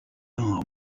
arm